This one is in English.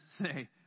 say